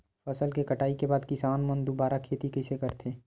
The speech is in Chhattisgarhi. फसल के कटाई के बाद किसान मन दुबारा खेती कइसे करथे?